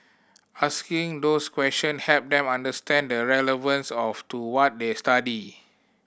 asking those question helped them understand the relevance of to what they study